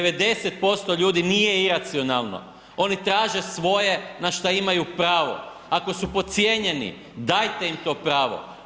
90% ljudi nije iracionalno, oni traže svoje na šta imaju pravo, ako su podcijenjeni daje im to pravo.